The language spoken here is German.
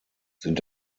sind